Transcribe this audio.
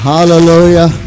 Hallelujah